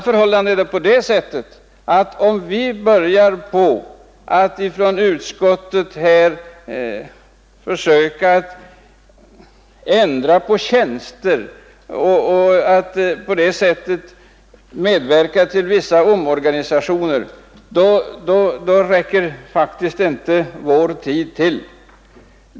Om utskottet börjar att ändra på tjänster och på det sättet medverka till vissa omorganisationer, räcker vår tid i utskottet faktiskt inte till.